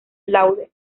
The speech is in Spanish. laude